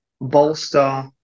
bolster